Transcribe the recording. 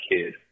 kid